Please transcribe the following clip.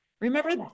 remember